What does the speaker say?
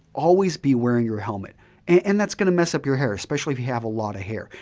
always be wearing your helmet and thatis going to mess up your hair especially if you have a lot of hair.